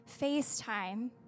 FaceTime